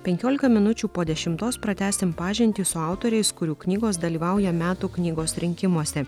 penkiolika minučių po dešimtos pratęsim pažintį su autoriais kurių knygos dalyvauja metų knygos rinkimuose